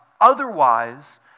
Otherwise